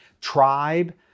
tribe